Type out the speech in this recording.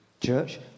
Church